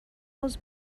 عذر